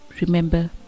remember